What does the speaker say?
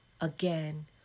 again